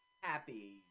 happy